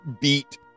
beat